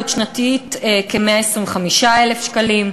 עלות שנתית כ-125,000 שקלים,